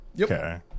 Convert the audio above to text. Okay